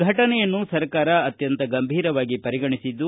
ಫಟನೆಯನ್ನು ಸರ್ಕಾರ ಅತ್ಯಂತ ಗಂಭೀರವಾಗಿ ಪರಿಗಣಿಸಿದ್ದು